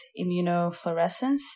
immunofluorescence